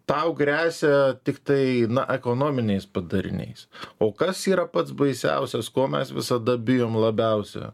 tau gresia tiktai na ekonominiais padariniais o kas yra pats baisiausias ko mes visada bijom labiausia